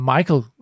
Michael